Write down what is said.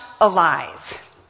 alive